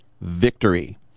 victory